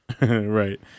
Right